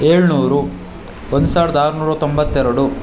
ಏಳುನೂರು ಒಂದು ಸಾವಿರದ ಆರುನೂರ ತೊಂಬತ್ತೆರಡು